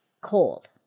cold